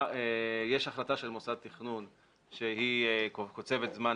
יש החלטה של מוסד תכנון שקוצבת זמן